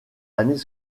années